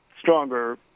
stronger